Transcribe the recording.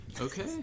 Okay